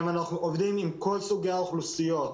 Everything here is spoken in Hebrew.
אנחנו עובדים עם כל סוגי האוכלוסיות.